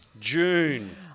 June